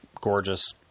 gorgeous